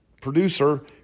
producer